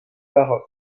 baroque